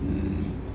mm